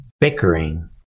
bickering